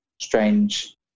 strange